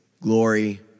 glory